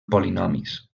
polinomis